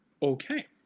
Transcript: Okay